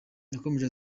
yakomeje